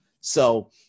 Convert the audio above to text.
So-